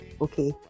okay